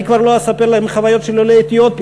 אני כבר לא אספר לכם על חוויות של עולי אתיופיה